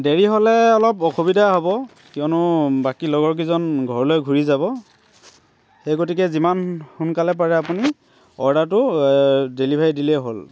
দেৰি হ'লে অলপ অসুবিধা হ'ব কিয়নো বাকী লগৰকেইজন ঘৰলৈ ঘূৰি যাব সেই গতিকে যিমান সোনকালে পাৰে আপুনি অৰ্ডাৰটো ডেলিভাৰী দিলেই হ'ল